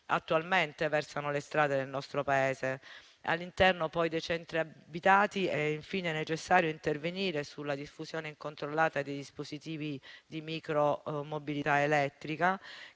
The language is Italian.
attualmente versano le strade del nostro Paese. All'interno dei centri abitati è infine necessario intervenire sulla diffusione incontrollata dei dispositivi di micromobilità elettrica,